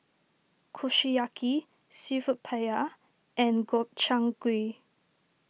Kushiyaki Seafood Paella and Gobchang Gui